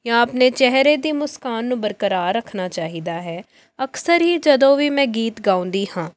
ਜਾਂ ਆਪਣੇ ਚਿਹਰੇ ਦੀ ਮੁਸਕਾਨ ਨੂੰ ਬਰਕਰਾਰ ਰੱਖਣਾ ਚਾਹੀਦਾ ਹੈ ਅਕਸਰ ਹੀ ਜਦੋਂ ਵੀ ਮੈਂ ਗੀਤ ਗਾਉਂਦੀ ਹਾਂ